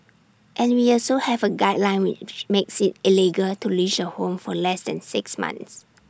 and we also have A guideline which makes IT illegal to lease A home for less than six months